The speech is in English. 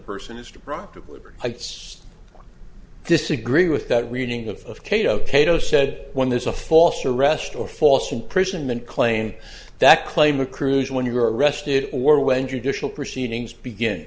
person is deprived of liberty i guess i disagree with that reading of cato cato said when there's a false arrest or false imprisonment claim that claim accrues when you are arrested or when judicial proceedings begin